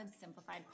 Simplified